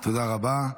תודה רבה.